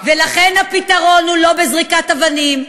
ולכן הפתרון הוא לא בזריקת אבנים,